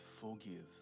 forgive